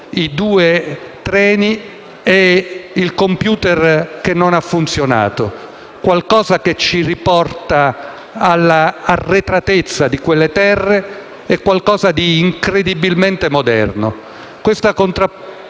i due treni e il *computer* che non ha funzionato. Qualcosa che ci riporta all'arretratezza di quelle terre e qualcosa di incredibilmente moderno.